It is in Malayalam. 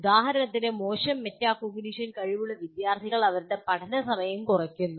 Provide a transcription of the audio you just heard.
ഉദാഹരണത്തിന് മോശം മെറ്റാകോഗ്നിഷൻ കഴിവുള്ള വിദ്യാർത്ഥികൾ അവരുടെ പഠന സമയം കുറയ്ക്കുന്നു